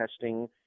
testing